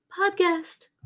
Podcast